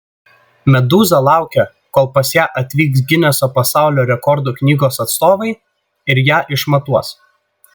medūza laukia kol pas ją atvyks gineso pasaulio rekordų knygos atstovai ir ją išmatuos